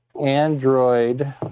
Android